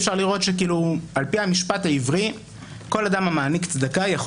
אפשר לראות שעל פי המשפט העברי כל אדם המעניק צדקה יכול